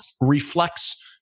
reflects